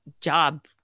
job